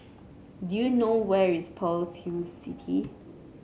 do you know where is Pearl's Hill City